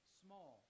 small